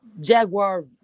Jaguar